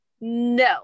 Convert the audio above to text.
No